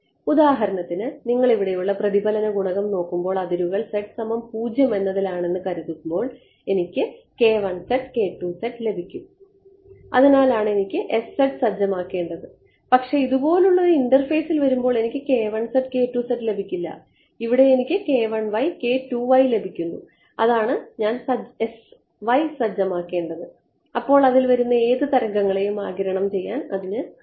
ഉദാഹരണത്തിന് നിങ്ങൾ ഇവിടെയുള്ള പ്രതിഫലന ഗുണകം നോക്കുമ്പോൾ അതിരുകൾ എന്നതിൽ ആണെന്ന് കരുതുമ്പോൾ എനിക്ക് ലഭിക്കും അതിനാലാണ് എനിക്ക് സജ്ജമാക്കേണ്ടത് പക്ഷേ ഇതുപോലുള്ള ഒരു ഇന്റർഫേസിൽ വരുമ്പോൾ എനിക്ക് ലഭിക്കില്ല ഇവിടെ എനിക്ക് ലഭിക്കുന്നു അതുകൊണ്ടാണ് ഞാൻ സജ്ജമാക്കേണ്ടത് അപ്പോൾ അതിൽ വരുന്ന ഏത് തരംഗങ്ങളെയും ആഗിരണം ചെയ്യാൻ അതിന് കഴിയും